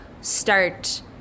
start